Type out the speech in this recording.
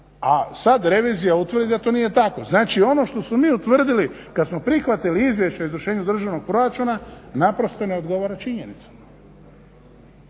a sada revizija u tvrdi da to nije tako. Znači ono što smo mi utvrdili kada smo prihvatili izvješće o izvršenju državnog proračuna ne odgovara činjenicama.